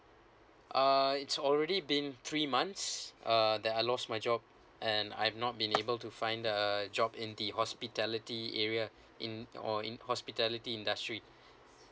uh it's already been three months uh that I lost my job and I've not been able to find a job in the hospitality area in or in hospitality industry